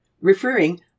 Referring